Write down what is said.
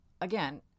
again